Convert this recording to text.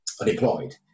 unemployed